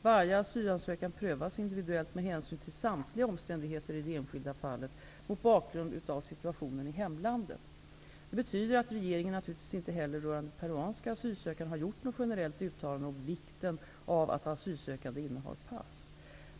Varje asylansökan prövas individuellt med hänsyn till samtliga omständigheter i det enskilda fallet, mot bakgrund av situationen i hemlandet. Det betyder att regeringen naturligtvis inte heller rörande peruanska asylsökande har gjort något generellt uttalande om vikten av att asylsökande innehar pass.